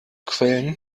quellen